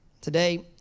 Today